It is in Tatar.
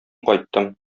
кайттым